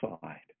side